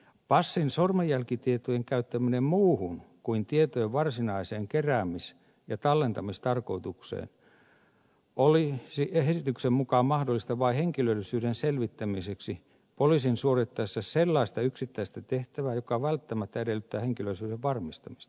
passin sormenjälkitietojen käyttäminen muuhun kuin tietojen varsinaiseen keräämis ja tallentamistarkoitukseen olisi esityksen mukaan mahdollista vain henkilöllisyyden selvittämiseksi poliisin suorittaessa sellaista yksittäistä tehtävää joka välttämättä edellyttää henkilöllisyyden varmistamista